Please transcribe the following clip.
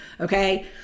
Okay